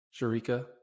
Sharika